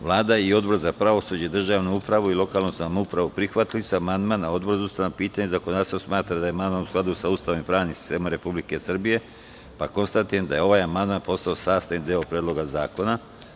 Vlada i Odbor za pravosuđe, državnu upravu i lokalnu samoupravu prihvatili su amandman, a Odbor za ustavna pitanja i zakonodavstvo smatra da je amandman u skladu sa Ustavom i pravnim sistemom Republike Srbije, pa konstatujem da je ovaj amandman postao sastavni deo Predloga zakona.